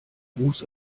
ruß